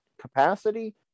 capacity